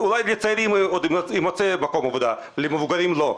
אולי לצעירים עוד יימצא מקום עבודה אבל למבוגרים לא.